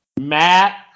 Matt